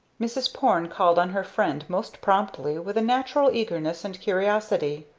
mrs. porne called on her friend most promptly, with a natural eagerness and curiosity.